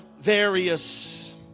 various